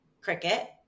Cricket